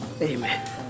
Amen